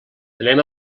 anem